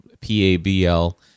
P-A-B-L